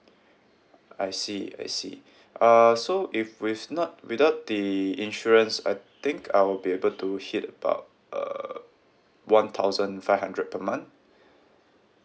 I see I see uh so if with not without the insurance I think I'll be able to hit about uh one thousand five hundred per month